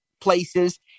places